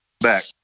Back